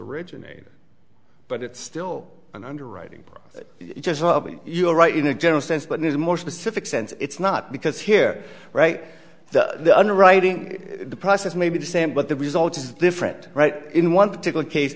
originated but it's still an underwriting you write in a general sense but there's a more specific sense it's not because here right the underwriting process may be the same but the result is different right in one particular case